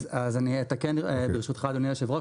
אז אני אתקן, ברשותך, אדוני היושב-ראש.